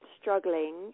struggling